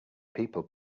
people